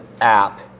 app